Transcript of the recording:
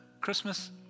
Christmas